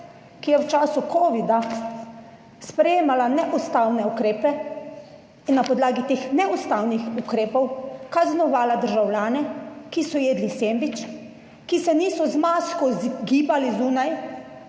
ki je v času Covida sprejemala neustavne ukrepe in na podlagi teh neustavnih ukrepov kaznovala državljane, ki so jedli sendvič, ki se niso z masko gibali zunaj,